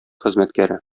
хезмәткәре